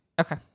Okay